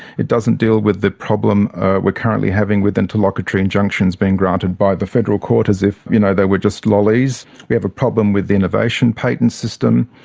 it doesn't deal with the problem we're currently having with interlocutory injunctions being granted by the federal court as if, you know, they were just lollies. we have a problem with the innovation patent system,